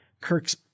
Kirk's